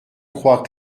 crois